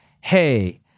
hey